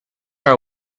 our